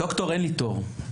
דוקטור, אין לי תור.